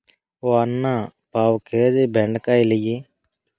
ఓ అన్నా, పావు కేజీ బెండకాయలియ్యి